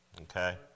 okay